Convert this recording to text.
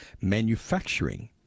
manufacturing